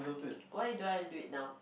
why do I have to do it now